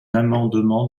amendement